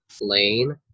lane